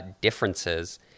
differences